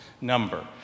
number